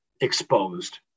exposed